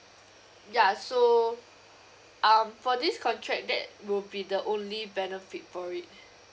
ya so um for this contract that will be the only benefit for it